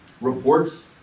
reports